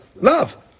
Love